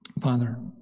Father